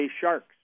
Sharks